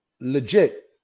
legit